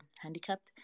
handicapped